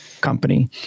company